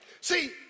See